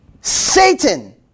Satan